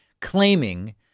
claiming